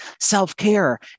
self-care